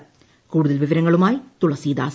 പ കൂടുതൽ വിവരങ്ങളുമായി തുളസിദാസ്